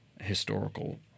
historical